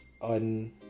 on